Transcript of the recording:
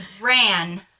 ran